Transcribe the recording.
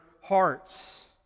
hearts